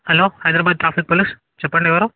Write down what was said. hello Hyderabad traffic police చెప్పండి ఎవరు